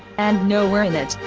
and nowhere in it,